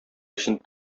өчен